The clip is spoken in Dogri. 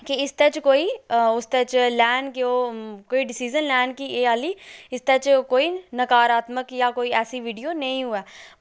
कि इसदे च कोई उसदे च लैन गै ओह् कोई डिसीजन लैन कि एह् आह्ली इसदे च कोई नकारात्मक जां कोई ऐसी वीडियो नेईं होऐ